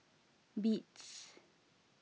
beats